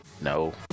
No